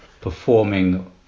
performing